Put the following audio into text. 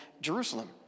Jerusalem